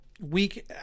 Week